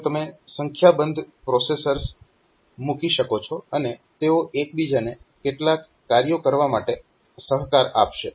તો તમે સંખ્યાબંધ પ્રોસેસર્સ મૂકી શકો છો અને તેઓ એકબીજાને કેટલાક કાર્યો કરવા માટે સહકાર આપશે